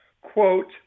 quote